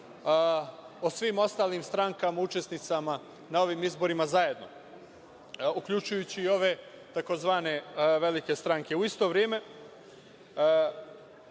o svim ostalim strankama učesnicima na ovim izborima zajedno, uključujući i ove tzv. velike stranke.U isto vreme,